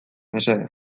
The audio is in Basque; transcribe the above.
mesedez